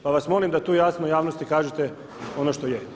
Pa vas molim da tu jasno javnosti kažete ono što je.